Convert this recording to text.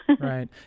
Right